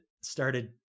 started